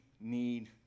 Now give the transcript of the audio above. need